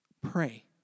pray